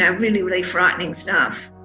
ah really, really frightening stuff.